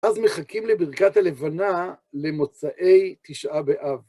אז מחכים לברכת הלבנה למוצאי תשעה באב.